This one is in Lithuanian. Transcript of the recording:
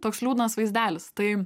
toks liūdnas vaizdelis tai